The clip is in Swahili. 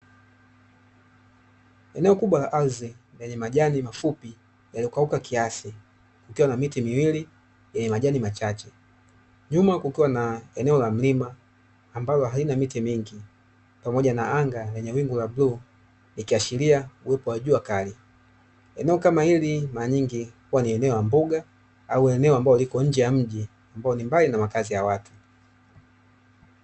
Eneo kubwa la ardhi lenye majani mafupi yaliyokauka kiasi, ikiwa na miti miwili yenye majani machache. Nyuma kukiwa na eneo la mlima ambalo halina miti mingi, pamoja na anga lenye wingu la bluu ikiashiria uwepo wa jua kali. Eneo kama hili mara nyingi huwa ni eneo la mbuga au ni eneo ambalo liko nje ya mji ambao ni mbali na makazi ya watu.